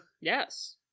Yes